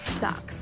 sucks